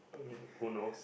i mean who knows